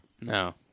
No